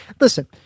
Listen